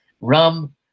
Rum